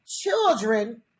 children